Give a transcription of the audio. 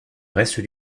reste